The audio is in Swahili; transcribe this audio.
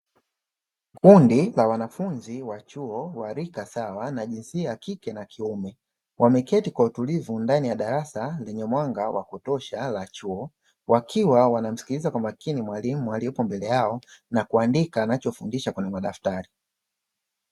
Kundi la wanafunzi wa chuo wa rika sawa na jinsia ya kike na kiume wameketi kwa utulivu ndani ya darasa lenye mwanga wa kutosha la chuo. Wakiwa wanamsikiliza kwa makini mwalimu aliyepo mbele yao na kuandika anachofundisha kwenye madaftari.